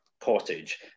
cottage